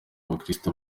abakristu